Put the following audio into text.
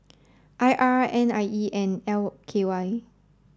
I R N I E and L K Y